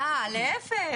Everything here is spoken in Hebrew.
אה, להיפך.